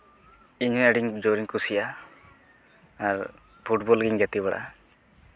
ᱤᱧ ᱟᱹᱰᱤ ᱡᱳᱨᱤᱧ ᱠᱩᱥᱤᱭᱟᱜᱼᱟ ᱟᱨ ᱯᱷᱩᱴᱵᱚᱞ ᱜᱤᱧ ᱜᱟᱛᱤ ᱵᱟᱲᱟᱜᱼᱟ